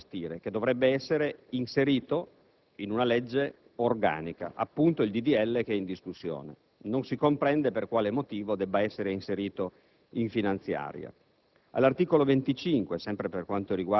interessante, ma delicato da gestire, che dovrebbe essere inserito in una legge organica, appunto il disegno di legge in discussione, e non si comprende per quale motivo debba essere inserito in finanziaria.